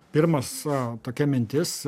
pirmas a tokia mintis